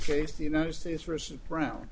case the united states versus brown